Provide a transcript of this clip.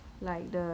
ah K